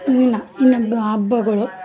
ಇನ್ನು ಇನ್ನು ಬ ಹಬ್ಬಗಳು